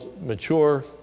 mature